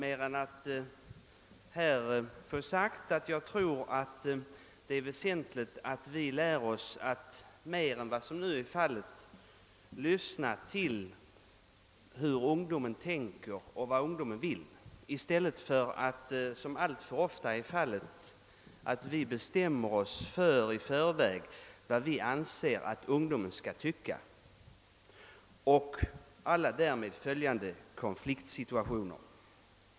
Jag vill endast säga att jag tror det är väsentligt att vi lär oss att mer än som nu är fallet lyssna på ungdomen och försöka utröna vad den vill. Alltför ofta bestämmer vi oss i förväg för vad vi anser att ungdomen skall tycka; det medför endast att konfliktsituationer uppstår.